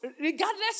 regardless